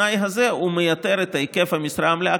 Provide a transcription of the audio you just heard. התנאי הזה מייתר את היקף המשרה המלאה,